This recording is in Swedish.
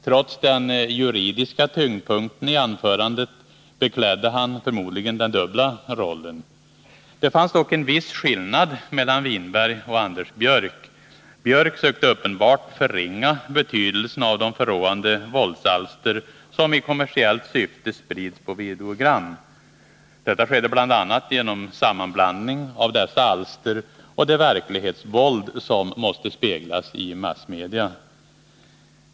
Trots den juridiska tyngdpunkten i anförandet beklädde han förmodligen den dubbla rollen. Det fanns dock en viss skillnad mellan Håkan Winberg och Anders Björck. Björck försökte uppenbarligen förringa betydelsen av de förråande våldsalster som i kommersiellt syfte sprids på videogram. Detta skedde bl.a. genom sammanblandning av dessa alster och det verklighetsvåld som måste speglas i massmedia.